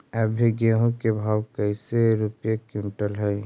अभी गेहूं के भाव कैसे रूपये क्विंटल हई?